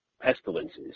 pestilences